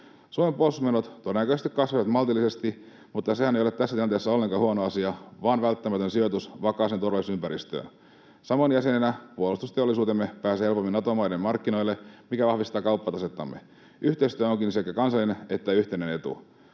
Suomen puolustusmenot todennäköisesti kasvavat maltillisesti, mutta sehän ei ole tässä tilanteessa ollenkaan huono asia, vaan välttämätön sijoitus vakaaseen turvallisuusympäristöön. Samoin jäsenenä puolustusteollisuutemme pääsee helpommin Nato-maiden markkinoille, mikä vahvistaa kauppatasettamme. Yhteistyö onkin sekä kansallinen että yhteinen etu.